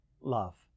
love